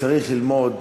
צריך ללמוד,